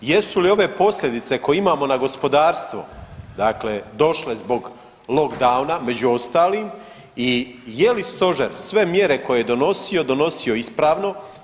Jesu li ove posljedice koje imamo na gospodarstvo, dakle došle zbog lockdowna među ostalim i je li Stožer sve mjere koje je donosio, donosio ispravno?